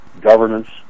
governance